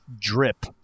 drip